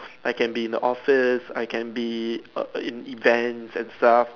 I can be in the office I can be err in events and stuff